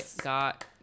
got